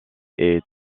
est